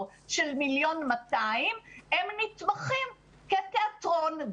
של 1.2 מיליון הם נתמכים כתיאטרון.